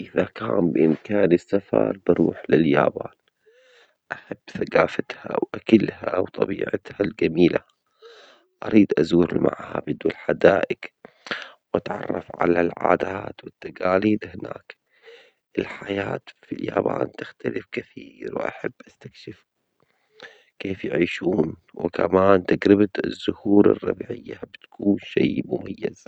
إذا كان بإمكاني السفر بروح لليابان، أحب ثقافتها وأكلها وطبيعتها الجميلة، أريد أزور المعابد والحدائق وأتعرف على العادات والتجاليد هناك، الحياة في اليابان تختلف كثير وأحب أستكشف كيف يعيشون وكمان تجربة الزهور الربيعية بتكون شئ مميز.